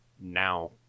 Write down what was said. now